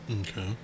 Okay